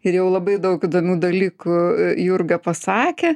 ir jau labai daug įdomių dalykų jurga pasakė